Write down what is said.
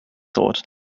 thought